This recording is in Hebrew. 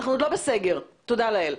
אנחנו עוד לא בסגר, תודה לאל.